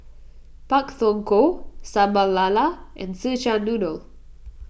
Pak Thong Ko Sambal Lala and Szechuan Noodle